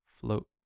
Float